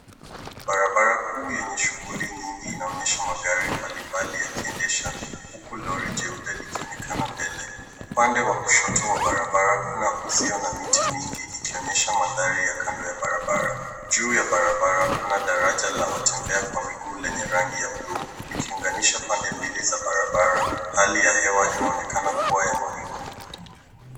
Barabara kuu yenye shughuli nyingi inaonyesha magari mbalimbali yakiendesha huku lori jeupe likionekana mbele. Upande wa kushoto wa barabara kuna uzio na miti mingi ikionyesha mandhari ya kando ya barabara. Juu ya barabara kuna daraja la watembea kwa miguu lenye rangi ya buluu likiunganisha pande mbili za barabara. Hali ya hewa inaonekana kuwa ya mawingu.